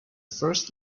first